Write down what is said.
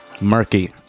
murky